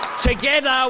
Together